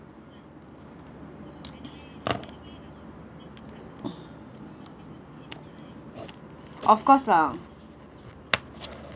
of course lah